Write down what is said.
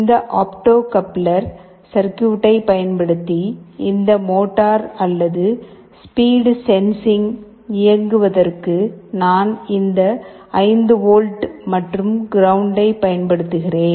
இந்த opto coupler சர்க்யூட்டைப் பயன்படுத்தி இந்த மோட்டார் அல்லது ஸ்பீடு சென்சிங்கை இயக்குவதற்கு நான் இந்த 5 வோல்ட் மற்றும் கிரவுண்ட்டை பயன்படுத்துகிறேன்